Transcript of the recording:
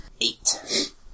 Eight